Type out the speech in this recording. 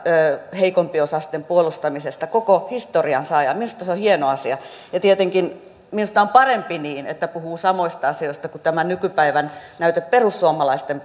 heikompiosaisten puolustamisesta koko historiansa ajan minusta se on hieno asia tietenkin minusta on parempi että puhuu samoista asioista kuin on tämä nykypäivän näyte perussuomalaisten